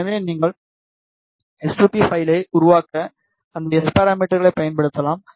எனவே நீங்கள் எஸ்2பி பைலை உருவாக்க அந்த எஸ் பாராமீட்டர்களை பயன்படுத்தலாம்